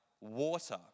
water